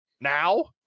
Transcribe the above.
Now